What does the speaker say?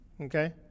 Okay